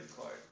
card